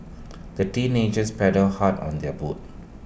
the teenagers paddled hard on their boat